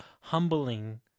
humbling